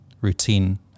routine